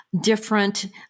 different